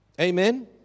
Amen